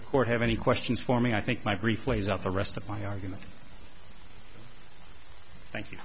the court have any questions for me i think my brief lays out the rest of my argument thank you